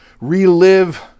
relive